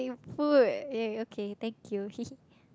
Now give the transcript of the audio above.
food !yay! okay thank you hehe